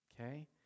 okay